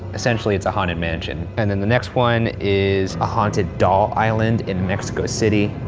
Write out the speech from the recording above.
essentially it's a haunted mansion. and then the next one is a haunted doll island in mexico city,